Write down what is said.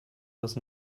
was